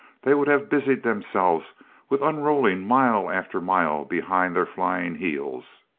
they would have busied themselves with unrolling mile after mile behind their flying heels.